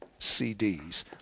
CDs